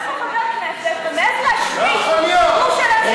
עומד פה חבר כנסת ומעז להשמיץ ציבור שלם,